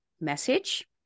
message